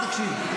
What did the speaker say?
בוא תקשיב.